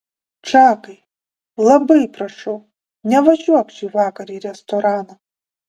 čakai labai prašau nevažiuok šįvakar į restoraną